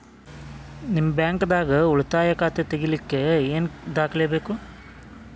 ನಿಮ್ಮ ಬ್ಯಾಂಕ್ ದಾಗ್ ಉಳಿತಾಯ ಖಾತಾ ತೆಗಿಲಿಕ್ಕೆ ಏನ್ ದಾಖಲೆ ಬೇಕು?